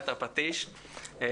תודה גם לך, יריב.